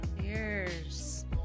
Cheers